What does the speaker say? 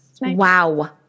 Wow